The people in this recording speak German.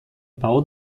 bau